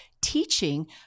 Teaching